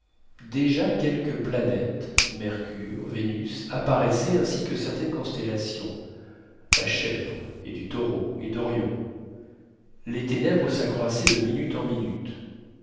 déjà quelques planètes mercure vénus apparaissaient ainsi que certaines constellations la chèvre et du taureau et d'orion les ténèbres s'accroissaient de minute en minute